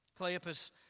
Cleopas